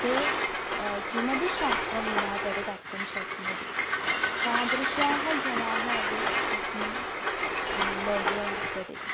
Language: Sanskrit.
ते किमपि शास्त्रं विना तद् कर्तुं शक्नोति तादृशाः जनाः अपि अस्मिन् लोके वर्तन्ते